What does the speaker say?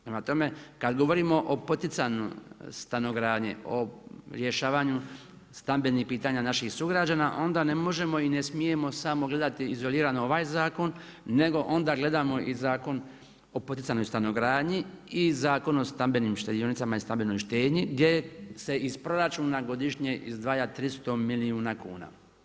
Prema tome, kad govorimo o poticanju stanogradnje, o rješavanju stambenih pitanja naših sugrađana onda ne možemo i ne smijemo samo gledati izolirano ovaj zakon, nego onda gledamo i Zakon o poticanoj stanogradnji i Zakon o stambenim štedionicama i stambenoj štednje, gdje se iz proračuna godišnje izdvaja 300 milijuna kuna.